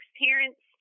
parents